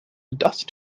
dust